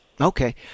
Okay